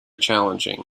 challenging